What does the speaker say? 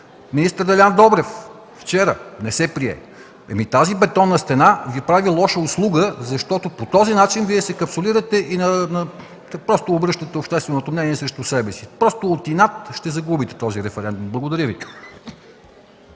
министър Делян Добрев – вчера, не се прие. Тази бетонна стена Ви прави лоша услуга, защото по този начин Вие се капсулирате и просто обръщате общественото мнение срещу себе си. Просто от инат ще загубите този референдум. Благодаря Ви.